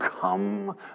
come